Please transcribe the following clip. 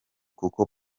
kuko